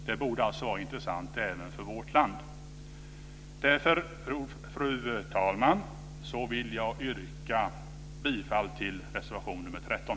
Det borde alltså vara intressant även för vårt land. Därför, fru talman, vill jag yrka bifall till reservation nr 13.